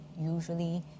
usually